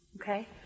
Okay